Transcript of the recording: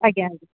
ଆଜ୍ଞା